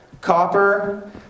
copper